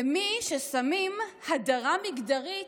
ומי ששמים הדרה מגדרית,